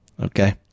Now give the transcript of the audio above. okay